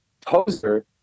poser